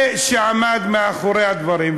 זה מה שעמד מאחורי הדברים.